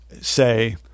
say